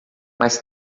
mais